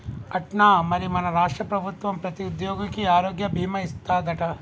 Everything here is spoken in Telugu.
అట్నా మరి మన రాష్ట్ర ప్రభుత్వం ప్రతి ఉద్యోగికి ఆరోగ్య భీమా ఇస్తాదట